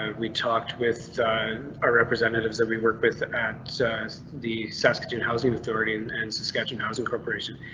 ah we talked with representatives that we work with at so the saskatoon housing authority and and so schedule housing corporation